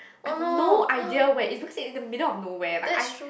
I have no idea where it is looks like it's in the middle of nowhere like I